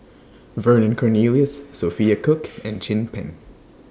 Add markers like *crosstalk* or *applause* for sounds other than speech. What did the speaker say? Vernon Cornelius Sophia Cooke *noise* and Chin Peng